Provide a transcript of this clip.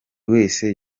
wese